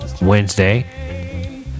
Wednesday